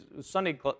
Sunday